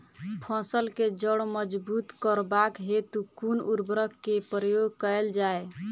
फसल केँ जड़ मजबूत करबाक हेतु कुन उर्वरक केँ प्रयोग कैल जाय?